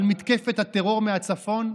על מתקפת הטרור מהצפון?